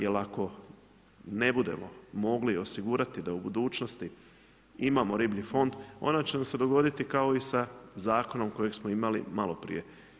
Jer ako ne budemo mogli osigurati da u budućnosti imamo riblji fond, onda će nam se dogoditi i sa zakonom koji smo imali maloprije.